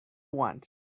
want